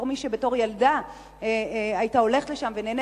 כמי שבתור ילדה הייתי הולכת לשם ונהנית,